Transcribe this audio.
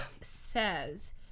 says